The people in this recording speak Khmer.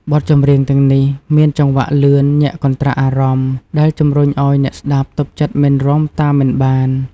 បទចម្រៀងទាំងនេះមានចង្វាក់លឿន ញាក់កន្ត្រាក់អារម្មណ៍ ដែលជំរុញឱ្យអ្នកស្តាប់ទប់ចិត្តមិនរាំតាមមិនបាន។